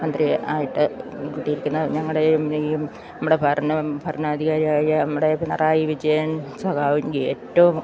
മന്ത്രി ആയിട്ട് കിട്ടിയിരിക്കുന്ന ഞങ്ങളുടെ ഈ നമ്മുടെ ഭരണം ഭരണാധികാരിയായ നമ്മുടെ പിണറായി വിജയൻ സഖാവെങ്കിൽ ഏറ്റവും